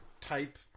type